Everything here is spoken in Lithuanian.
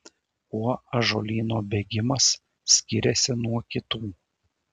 kuo ąžuolyno bėgimas skiriasi nuo kitų